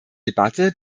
debatte